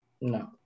No